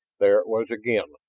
there it was again,